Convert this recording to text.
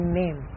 name